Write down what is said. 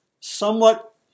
somewhat